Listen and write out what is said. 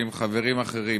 ועם חברים אחרים,